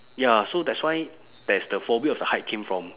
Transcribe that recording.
ya so that's why there is the phobia of the height came from